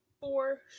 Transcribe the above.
four